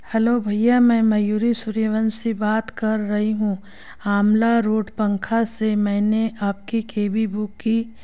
hello भैया मैं मयूरी सूर्यवंशी बात कर रही हूँ आमला रोड पंखा से मैंने आपकी केबी बुक की